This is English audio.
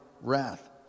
Wrath